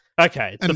Okay